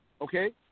Okay